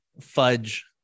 fudge